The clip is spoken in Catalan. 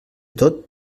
tot